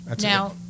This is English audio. now